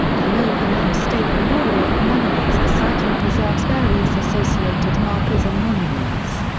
the logan elm state memorial commemorates the site and preserves various associated markers and monuments.